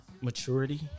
maturity